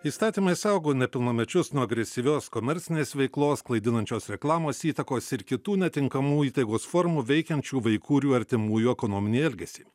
įstatymai saugo nepilnamečius nuo agresyvios komercinės veiklos klaidinančios reklamos įtakos ir kitų netinkamų įtaigos formų veikiančių vaikų ir jų artimųjų ekonominį elgesį